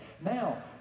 Now